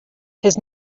his